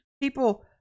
people